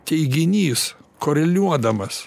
teiginys koreliuodamas